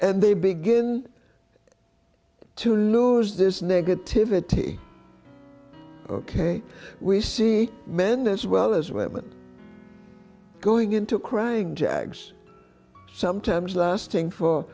and they begin to lose this negativity ok we see men as well as women going into crying jags sometimes lasting for